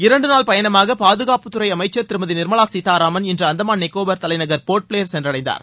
இரண்டு நாள் பயணமாக பாதுகாப்புத்துறை அமைச்சர் திருமதி நிர்மலா கீத்தாராமன் இன்று அந்தமான் நிக்கோபார் தலைநகர் போர்ட்பிளேயர் சென்றடைந்தார்